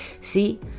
See